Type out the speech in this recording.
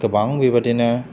गोबां बेबादिनो